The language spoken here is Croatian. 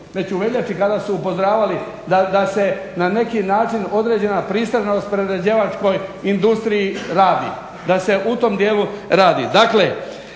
već u veljači kada su upozoravali da se na neki način određena pristranost prerađivačkoj industriji radi da se u tom dijelu radi.